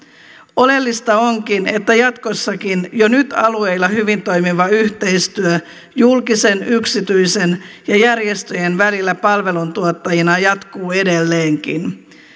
oleellista onkin että jatkossakin jo nyt alueilla hyvin toimiva yhteistyö julkisen yksityisen ja järjestöjen välillä palveluntuottajina jatkuu edelleenkin